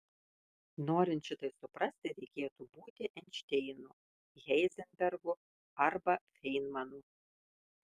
norint šitai suprasti reikėtų būti einšteinu heizenbergu arba feinmanu